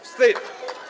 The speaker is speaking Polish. Wstyd!